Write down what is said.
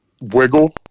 wiggle